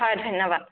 হয় ধন্যবাদ